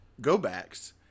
go-backs